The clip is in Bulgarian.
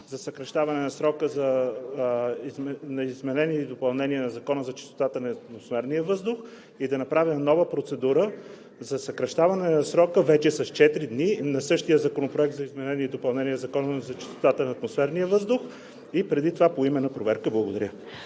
за съкращаване на срока на изменение и допълнение на Закона за чистотата на атмосферния въздух и да направя нова процедура за съкращаване на срока вече с четири дни на същия Законопроект за изменение и допълнение на Закона за чистотата на атмосферния въздух, и преди това поименна проверка. Благодаря.